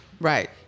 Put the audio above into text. Right